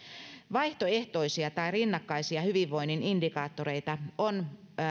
vaihtoehtoisia tai rinnakkaisia hyvinvoinnin indikaattoreita on